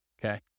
Okay